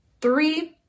Three